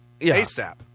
ASAP